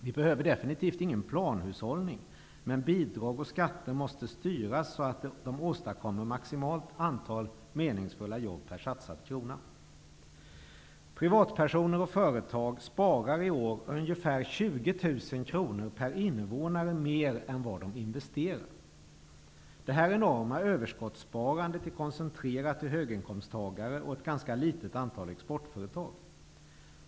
Vi behöver definitivt ingen planhushållning, men bidrag och skatter måste styras så att vi åstadkommer maximalt antal meningsfulla jobb per satsad krona. 20 000 kr per invånare mer än vad de investererar. Detta enorma överskottssparande är koncentrerat till höginkomsttagare och ett ganska litet antal exportföretag.